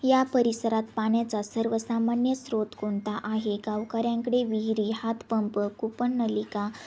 या परिसरात पाण्याचा सर्वसामान्य स्रोत कोणता आहे गावकऱ्यांकडे विहिरी हातपंप कुपननलिका